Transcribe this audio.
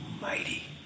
mighty